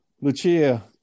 Lucia